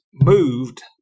moved